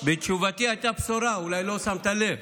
בתשובתי הייתה בשורה, אולי לא שמת לב.